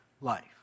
life